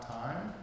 time